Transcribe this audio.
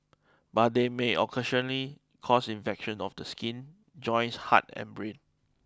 but they may occasionally cause infections of the skin joints heart and brain